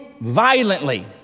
violently